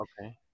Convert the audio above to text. okay